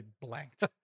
blanked